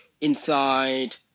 inside